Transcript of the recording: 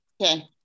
Okay